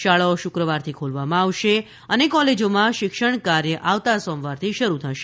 શાળાઓ શુક્રવારથી ખોલવામાં આવશે અને કોલેજોમાં શિક્ષણ કાર્ય આવતા સોમવારથી શરૂ થશે